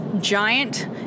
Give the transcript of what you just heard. giant